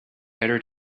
better